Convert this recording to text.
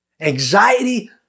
Anxiety